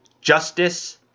Justice